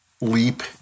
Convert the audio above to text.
leap